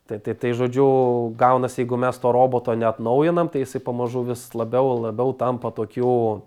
tai tai tai žodžiu gaunasi jeigu mes to roboto neatnaujinam tai jisai pamažu vis labiau labiau tampa tokiu